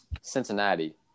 Cincinnati